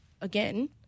again